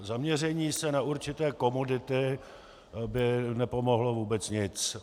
Zaměření se na určité komodity by nepomohlo vůbec nic.